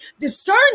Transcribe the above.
discern